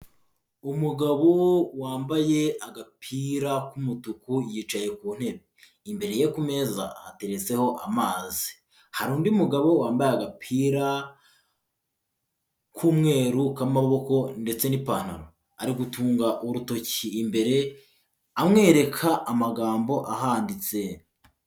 Umugabo wambaye agapira k'umutuku yicaye ku ntebe, imbere ye ku meza hateretseho amazi, hari undi mugabo wambaye agapira k'umweru k'amaboko ndetse n'ipantaro, ari gutunga urutoki imbere amwereka amagambo ahanditse.